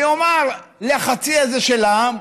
ויאמר לחצי הזה של העם: